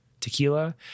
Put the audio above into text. tequila